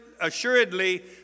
Assuredly